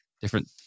different